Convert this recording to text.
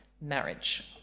marriage